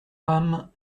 âme